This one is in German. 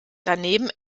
daneben